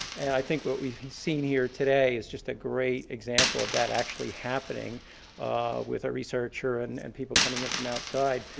and i think what we've seen here today is just a great example of that actually happening with a researcher and and people coming in from outside.